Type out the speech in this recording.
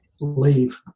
leave